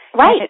Right